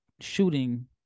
shooting